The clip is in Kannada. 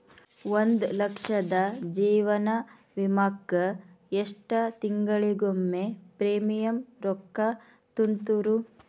ಒಂದ್ ಲಕ್ಷದ ಜೇವನ ವಿಮಾಕ್ಕ ಎಷ್ಟ ತಿಂಗಳಿಗೊಮ್ಮೆ ಪ್ರೇಮಿಯಂ ರೊಕ್ಕಾ ತುಂತುರು?